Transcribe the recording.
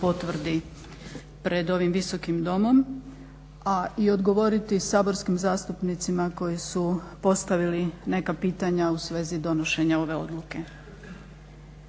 potvrdi pred ovim Visokim domom, a i odgovoriti saborskim zastupnicima koji su postavili neka pitanja u svezi donošenja ove odluke.